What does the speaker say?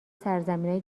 سرزمینای